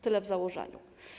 Tyle w założeniu.